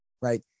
right